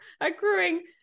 accruing